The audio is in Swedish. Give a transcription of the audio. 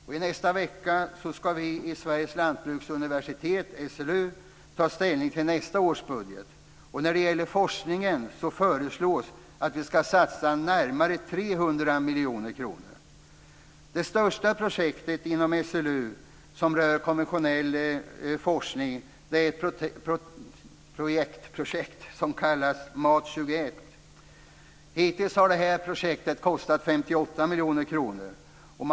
I nästa vecka ska vi i Sveriges lantbruksuniversitet, SLU, ta ställning till nästa års budget. När det gäller forskningen föreslås att vi ska satsa närmare Det största projektet inom SLU som rör konventionell forskning är ett projekt som kallas MAT 21. Hittills har projektet kostat 58 miljoner kronor.